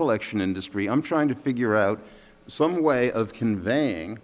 collection industry i'm trying to figure out some way of conveying